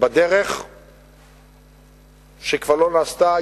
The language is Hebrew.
בדרך שכבר לא נעשתה,